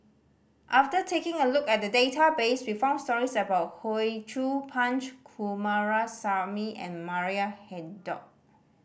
after taking a look at the database we found stories about Hoey Choo Punch Coomaraswamy and Maria Hertogh